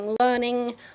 learning